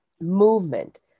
movement